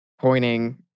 pointing